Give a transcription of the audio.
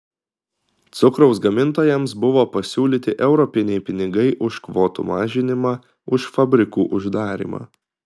cukraus gamintojams buvo pasiūlyti europiniai pinigai už kvotų mažinimą už fabrikų uždarymą